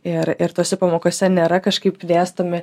ir ir tose pamokose nėra kažkaip dėstomi